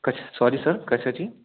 कश sorry sir कशाची